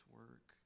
work